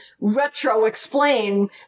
retro-explain